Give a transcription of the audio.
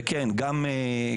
וכן גם בפריפריה.